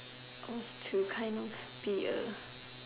of to kind of be A